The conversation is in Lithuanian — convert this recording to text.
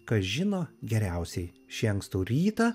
kas žino geriausiai šį ankstų rytą